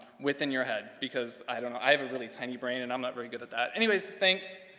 within your head, because i don't know. i have a really tiny brain and i'm not very good at that. anyways, thanks.